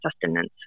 sustenance